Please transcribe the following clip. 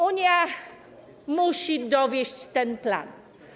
Unia musi dowieźć ten plan.